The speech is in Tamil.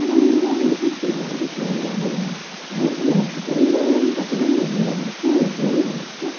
ஆனால் நீங்களே வந்துவிட்டு இப்படி மாறிட்டீங்கன்னா என்னண்ணா அதுலேயும் எங்களுக்கு தெரிஞ்சவங்கங்காட்டி தான் நாங்கள் இன்னை வரைக்கும் எதுவுமே வந்துவிட்டு